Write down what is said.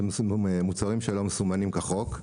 שיש מוצרים שלא מסומנים כחוק.